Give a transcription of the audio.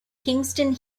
kingston